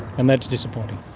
and that's disappointing.